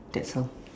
that's all